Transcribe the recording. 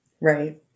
Right